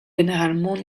généralement